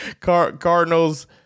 Cardinals